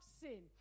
sin